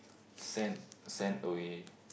sent sent away